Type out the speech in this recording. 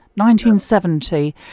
1970